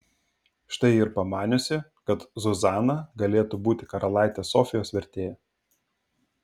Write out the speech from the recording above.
štai ji ir pamaniusi kad zuzana galėtų būti karalaitės sofijos vertėja